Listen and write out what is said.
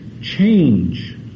change